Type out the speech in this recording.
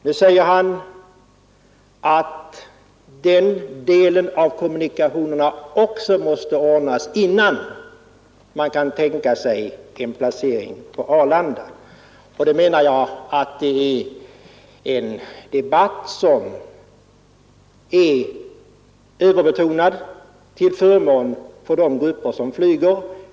Nu säger han att den delen av kommunikationerna också måste ordnas innan man kan tänka sig en placering på Arlanda. Då menar jag att det är en debatt som är överbetonad till förmån för de grupper som flyger.